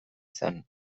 zen